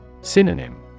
Synonym